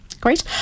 Great